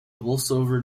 bolsover